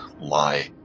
lie